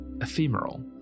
ephemeral